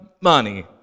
money